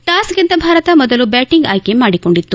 toss ಗೆದ್ದ ಭಾರತ ಮೊದಲು batting ಆಯ್ಲಿ ಮಾಡಿಕೊಂಡಿತ್ತು